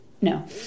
No